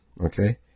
Okay